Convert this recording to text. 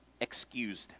excused